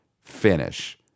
finish